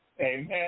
Amen